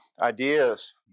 ideas